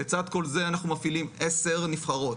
לצד כל זה אנחנו מפעילים 10 נבחרות,